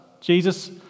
Jesus